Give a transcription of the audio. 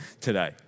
today